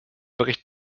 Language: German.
bericht